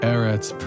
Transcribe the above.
Eretz